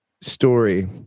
story